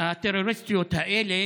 הטרוריסטיות האלה